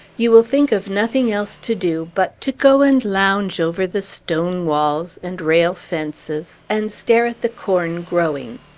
you will think of nothing else to do but to go and lounge over the stone walls and rail fences, and stare at the corn growing.